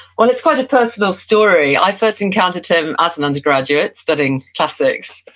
well, it's quite a personal story. i first encountered him as an undergraduate, studying classics.